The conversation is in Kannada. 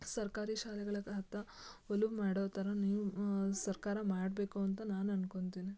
ಸರ್ಕಾರಿ ಶಾಲೆಗಳಿಗೆ ಅತ್ತ ಒಲವು ಮಾಡೋಥರ ನೀವು ಸರ್ಕಾರ ಮಾಡಬೇಕು ಅಂತ ನಾನು ಅನ್ಕೊತಿನಿ